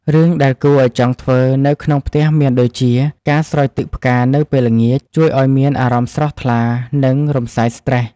រឿងដែលគួរឲ្យចង់ធ្វើនៅក្នុងផ្ទះមានដូចជា ការស្រោចទឹកផ្កានៅពេលល្ងាច ជួយឱ្យមានអារម្មណ៍ស្រស់ថ្លា និងរំសាយស្រ្តេស។